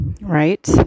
Right